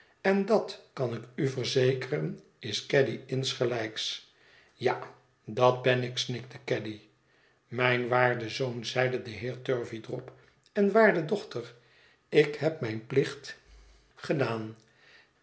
en dat kan ik u verzekeren is caddy insgelijks ja dat ben ik snikte caddy mijn waarde zoon zeide de heer turveydrop en waarde dochter ik heb mijn plicht gedaan